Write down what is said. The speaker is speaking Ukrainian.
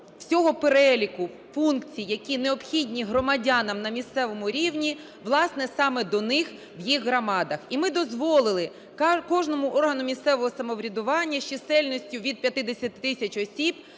всього переліку функцій, які необхідні громадянам на місцевому рівні, власне, саме до них в їх громадах. І ми дозволили кожному органу місцевого самоврядування з чисельністю від 50 тисяч осіб